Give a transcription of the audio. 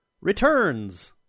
returns